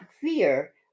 fear